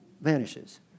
vanishes